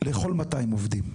1.06 לכל 200 עובדים.